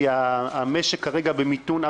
כי המשק כרגע במיתון.